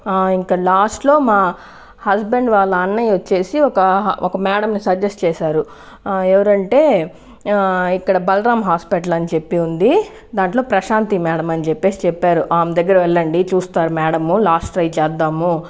ఇంక లాస్ట్లో మా హస్బెండ్ వాళ్ళ అన్నయ్య వచ్చేసి ఒక ఒక మేడంని సజెస్ట్ చేశారు ఎవరంటే ఇక్కడ బలరాం హాస్పిటల్ అని చెప్పి ఉంది దాంట్లో ప్రశాంతి మేడం అని చెప్పేసి చెప్పారు ఆమె దగ్గర వెళ్ళండి చూస్తారు మేడం లాస్ట్ ట్రై చేద్దాము